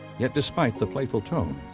yet despite the playful tone,